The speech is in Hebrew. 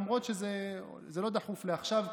למרות שזה לא דחוף לעכשיו.